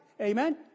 Amen